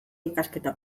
ikasketa